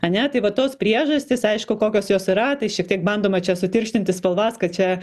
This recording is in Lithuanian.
ane tai va tos priežastys aišku kokios jos yra tai šiek tiek bandoma čia sutirštinti spalvas kad čia